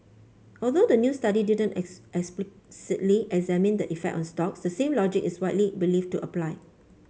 although the new study didn't explicitly examine the effect on stocks the same logic is widely believed to apply